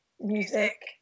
music